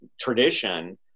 tradition